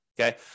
okay